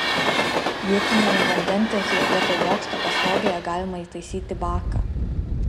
vietiniame vandentiekyje vietoj bokšto pastogėje galima įtaisyti baką